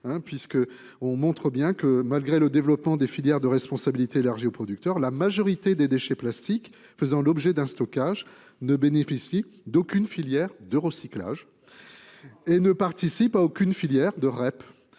celui de M. Paccaud. Malgré le développement des filières de responsabilité élargie aux producteurs, la majorité des déchets plastiques faisant l’objet d’un stockage ne bénéficient d’aucune filière de recyclage et ne participent à aucune filière REP.